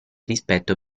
rispetto